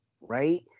right